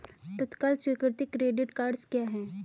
तत्काल स्वीकृति credit cards क्या हैं?